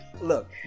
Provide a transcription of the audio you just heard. look